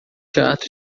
teatro